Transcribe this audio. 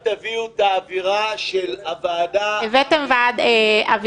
וגם היה כתוב ועדת הכנסת קודם ולא ועדת האתיקה.